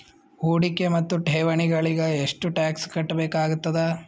ಹೂಡಿಕೆ ಮತ್ತು ಠೇವಣಿಗಳಿಗ ಎಷ್ಟ ಟಾಕ್ಸ್ ಕಟ್ಟಬೇಕಾಗತದ?